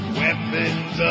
weapons